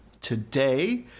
today